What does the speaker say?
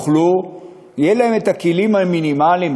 יהיו הכלים המינימליים.